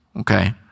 Okay